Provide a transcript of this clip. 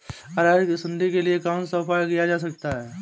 अरहर की सुंडी के लिए कौन सा उपाय किया जा सकता है?